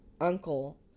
uncle